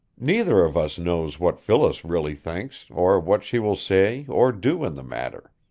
neither of us knows what phyllis really thinks or what she will say or do in the matter.